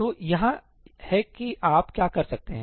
तो यहाँ है कि आप क्या कर सकते हैं